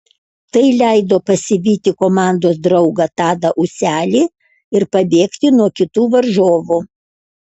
tai leido pasivyti komandos draugą tadą ūselį ir pabėgti nuo kitų varžovų